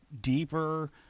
deeper